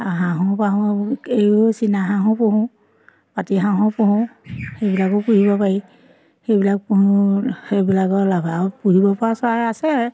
হাঁহো পাহো এইবোৰ চীনা হাঁহো পুহোঁ পাতি হাঁহো পুহোঁ সেইবিলাকো পুহিব পাৰি সেইবিলাক পুহোঁ সেইবিলাকৰ লাভ আৰু পুহিব পৰা চৰাই আছে